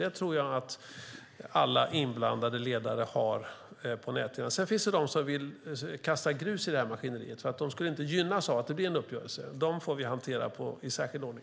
Det tror jag att alla inblandade ledare har på näthinnan. Sedan finns det de som vill kasta grus i maskineriet därför att de inte skulle gynnas av en uppgörelse. Dem får vi hantera i särskild ordning.